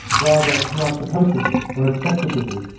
rather than who i'm supposed to be or expected to be.